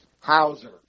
Hauser